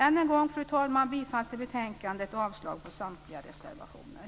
Än en gång, fru talman, yrkar jag bifall till hemställan i betänkandet och avslag på samtliga reservationer.